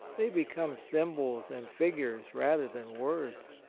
they become symbols and figures rather than words,